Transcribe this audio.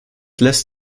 lässt